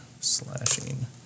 slashing